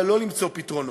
אבל לא למצוא פתרונות.